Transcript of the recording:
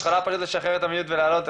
את יכולה פשוט לשחרר את ה'מיוט' ולעלות,